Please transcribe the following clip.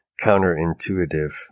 counterintuitive